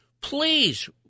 please